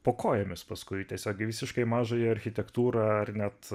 po kojomis paskui tiesiog į visiškai mažąją architektūrą ar net